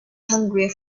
hungry